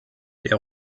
der